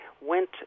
went